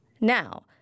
Now